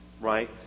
right